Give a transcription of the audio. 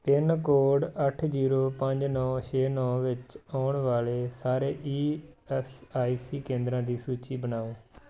pin code ਅੱਠ zero ਪੰਜ ਨੌਂ ਛੇ ਨੌਂ ਵਿੱਚ ਆਉਣ ਵਾਲੇ ਸਾਰੇ ਈ ਐਸ ਆਈ ਸੀ ਕੇਂਦਰਾਂ ਦੀ ਸੂਚੀ ਬਣਾਓ